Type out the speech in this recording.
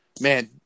man